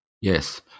Yes